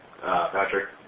Patrick